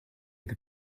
with